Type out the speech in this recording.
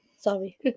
sorry